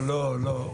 לא, לא.